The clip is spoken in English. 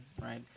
right